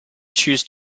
choose